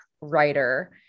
writer